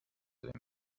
that